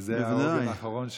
כי זה היה העוגן האחרון שלו.